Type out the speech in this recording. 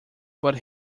but